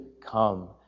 come